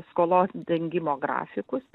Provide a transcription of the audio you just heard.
skolos dengimo grafikus